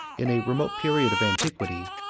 in a remote period of antiquity,